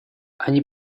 они